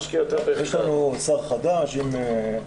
נשקיע יותר ב- --' יש לנו שר חדש עם מדיניות